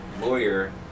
lawyer